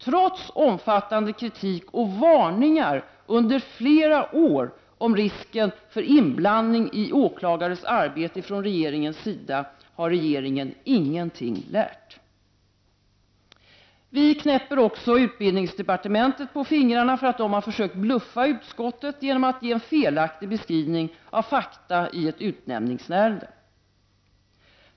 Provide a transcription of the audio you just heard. Trots omfattande kritik och varningar under flera år om risken för inblandning i åklagares arbete från regeringens sida har regeringen ingenting lärt! Vi knäpper också utbildningsdepartementet på fingrarna för att man där försökt bluffa utskottet genom att ge en felaktig beskrivning av fakta i ett utnämningsärende.